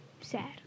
sad